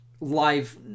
live